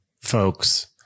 folks